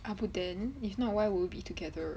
abuden if not why would we be together